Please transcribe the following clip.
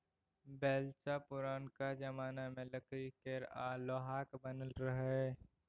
बेलचा पुरनका जमाना मे लकड़ी केर आ लोहाक बनय रहय